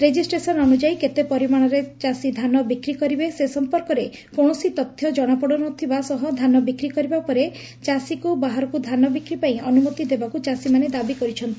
registration ଅନୁଯାୟୀ କେତେ ପରିମାଶରେ ଚାଷୀ ଧାନ ବିକ୍ରି କରିବେ ସେ ସମ୍ପର୍କରେ କୌଣସି ତଥ୍ୟ ଜଶାପଡୁନଥିବା ସହ ଧାନ ବିକ୍ରି କରିବା ପରେ ଚାଷୀକୁ ବାହାରକୁ ଧାନା ବିକ୍ରି ପାଇଁ ଅନୁମତି ଦେବାକୁ ଚାଷୀମାନେ ଦାବୀ କରିଛନ୍ତି